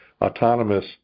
autonomous